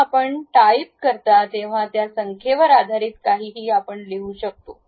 जेव्हा आपण टाईप करता तेव्हा त्या संख्येवर आधारित काहीही आपण लिहू शकतो